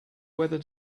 whether